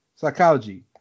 Psychology